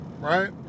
right